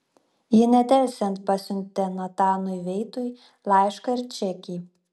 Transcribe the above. ji nedelsiant pasiuntė natanui veitui laišką ir čekį